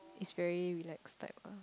is very relaxed type ah